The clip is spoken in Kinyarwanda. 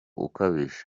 ukabije